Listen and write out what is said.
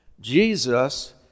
Jesus